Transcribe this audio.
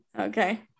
Okay